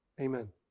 amen